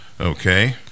okay